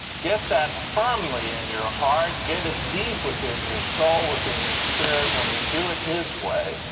get that firmly in your heart. get it dope within your soul, within your spirit. when you do it his way,